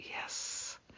Yes